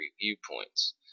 viewpoints